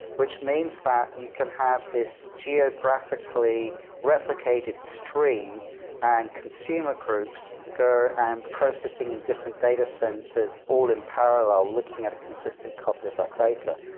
which means that you can have this geographically replicated stream and consumer groups go and processing in different data centers all in parallel looking at a consistent copy of that data.